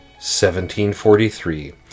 1743